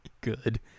Good